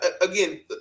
again